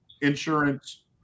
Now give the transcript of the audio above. insurance